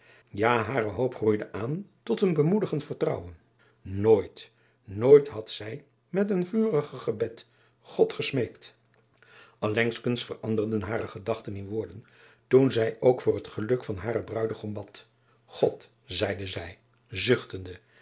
ja hare hoop groeide aan tot een bemoedigend vertrouwen ooit nooit had zij met een vuriger gebed od gesmeekt llengskens veranderden hare gedachten in woorden toen zij ook voor het geluk van haren ruidegom bad od zeide zij zuchtende